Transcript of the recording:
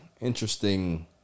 Interesting